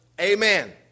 Amen